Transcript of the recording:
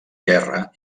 guerra